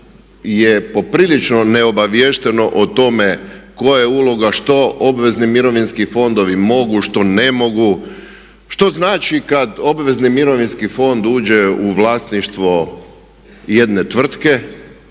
je poprilično ne obaviješteno o tome koja je uloga, što obvezni mirovinski fondovi mogu, što ne mogu, što znači kad obvezni mirovinski fond uđe u vlasništvo jedne tvrtke,